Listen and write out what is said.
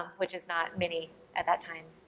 which is not mini at that time.